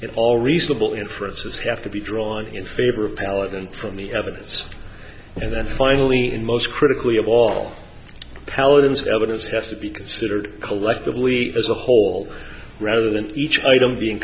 at all reasonable inferences have to be drawn in favor of power than from the evidence and then finally in most critically of all paladin's evidence has to be considered collectively as a whole rather than each item being